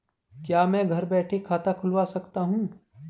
क्या मैं घर बैठे खाता खुलवा सकता हूँ?